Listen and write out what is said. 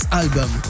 album